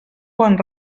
bon